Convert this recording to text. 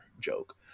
joke